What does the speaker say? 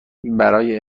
برای